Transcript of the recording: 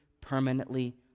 permanently